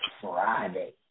Friday